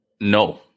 No